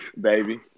Baby